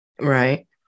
Right